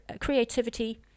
Creativity